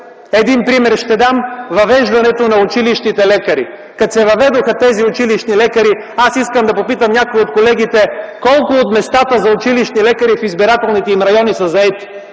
Един пример ще дам – въвеждането на училищните лекари. Като се въведоха тези училищни лекари, аз искам да попитам някои от колегите, колко от местата за училищни лекари в избирателните им райони са заети?